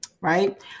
Right